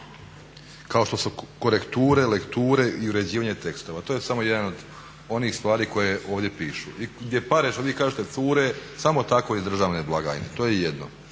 kao što su korekture, lekture i uređivanje tekstova. To je samo jedan od onih stvari koje ovdje pišu i gdje pare kao što vi kažete cure samo tako iz državne blagajne. To je jedno.